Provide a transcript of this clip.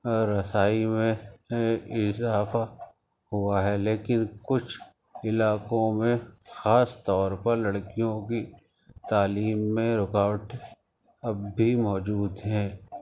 رسائی میں اضافہ ہوا ہے لیکن کچھ علاقوں میں خاص طور پر لڑکیوں کی تعلیم میں رکاوٹیں اب بھی موجود ہیں